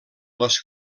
les